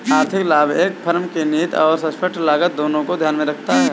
आर्थिक लाभ एक फर्म की निहित और स्पष्ट लागत दोनों को ध्यान में रखता है